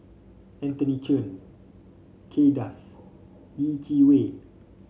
Anthony Chen Kay Das Yeh Chi Wei